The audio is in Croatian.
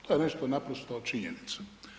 To je nešto naprosto činjenica.